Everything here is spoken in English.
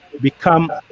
become